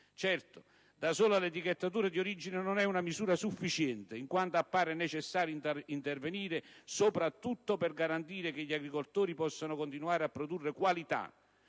Certo, da sola l'etichettatura di origine non è una misura sufficiente, in quanto appare necessario intervenire soprattutto per garantire che gli agricoltori possano continuare a produrre qualità.